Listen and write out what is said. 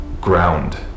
ground